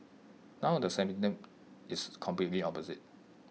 now the sentiment is completely opposite